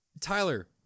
Tyler